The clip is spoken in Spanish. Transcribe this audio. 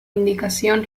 indicación